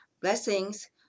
blessings